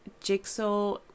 Jigsaw